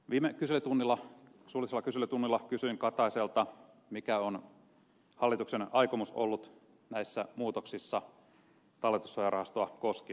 viime suullisella kyselytunnilla kysyin kataiselta mikä on hallituksen aikomus ollut näissä muutoksissa talletussuojarahastoa koskien